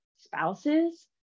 spouses